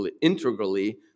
integrally